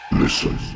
Listen